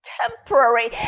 temporary